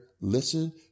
listen